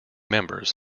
members